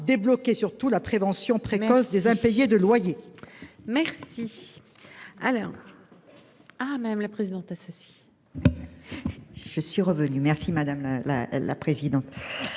débloqué surtout la prévention précoce des impayés de loyers. Merci.